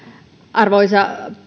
arvoisa